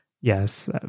Yes